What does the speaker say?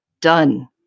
done